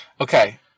Okay